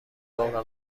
باغ